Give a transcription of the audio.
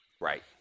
Right